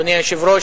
אדוני היושב-ראש,